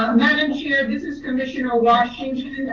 um madam chair, this is commissioner washington,